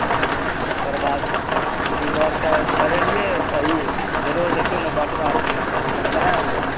आओर ओकर बाद एमहर तऽ करेलिए सही फेरो देखिऔ ने बरसातमे गड़बड़ा गेलै